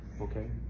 Okay